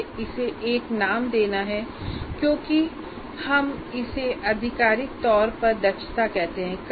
मुझे इसे एक नाम देना है इसलिए हम इसे आधिकारिक तौर पर दक्षता कहते हैं